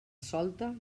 solta